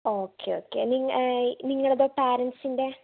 okay okay അ നിങ്ങളുടേതോ പേരെന്റ്സിൻ്റെ